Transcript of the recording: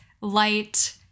light